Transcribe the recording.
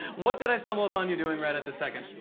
what did i stumble upon you doing right at this second?